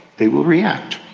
they will react.